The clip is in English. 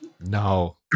No